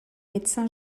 médecin